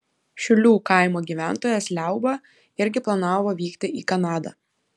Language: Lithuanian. šiulių kaimo gyventojas liauba irgi planavo vykti į kanadą